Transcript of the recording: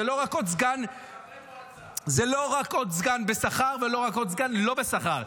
זה לא רק עוד סגן בשכר ולא רק עוד סגן לא בשכר,